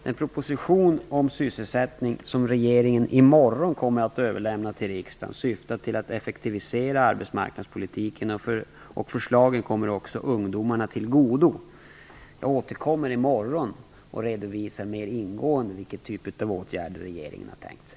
Den proposition om sysselsättning som regeringen i morgon kommer att överlämna till riksdagen syftar till att effektivisera arbetsmarknadspolitiken, och förslagen kommer också ungdomarna till godo. Jag återkommer i morgon och redovisar mer ingående vilken typ av åtgärder regeringen har tänkt sig.